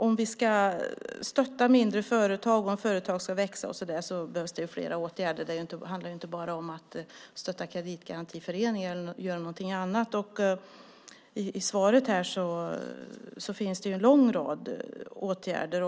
Om vi ska stötta mindre företag och om företag ska växa behövs det fler åtgärder. Det handlar inte bara om att stötta kreditgarantiföreningar. I svaret finns det en lång rad åtgärder.